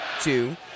two